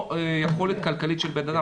הבעיה זה לא יכולת כלכלית של בן אדם,